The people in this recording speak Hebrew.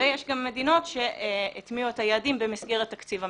יש גם מדינות שהטמיעו את היעדים במסגרת תקציב המדינה.